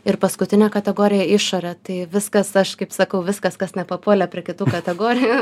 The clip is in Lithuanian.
ir paskutinė kategorija išorė tai viskas aš kaip sakau viskas kas nepapuolė prie kitų kategorijų